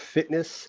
Fitness